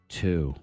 two